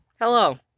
Hello